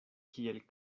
kiel